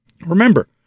Remember